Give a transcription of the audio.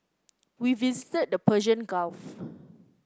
we visited the Persian Gulf